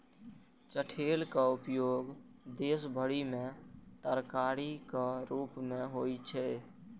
चठैलक उपयोग देश भरि मे तरकारीक रूप मे होइ छै